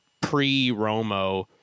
pre-Romo